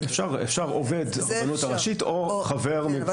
אפשר עובד הרבנות הראשית או חבר --- כן,